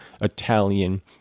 Italian